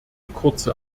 kurze